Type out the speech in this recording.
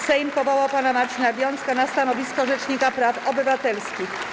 Sejm powołał pana Marcina Wiącka na stanowisko Rzecznika Praw Obywatelskich.